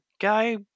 guy